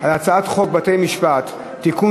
על הצעת חוק בתי-המשפט (תיקון,